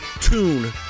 tune